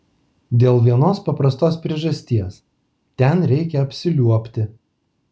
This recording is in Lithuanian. dėl vienos paprastos priežasties ten reikia apsiliuobti